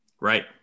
Right